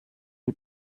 die